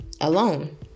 alone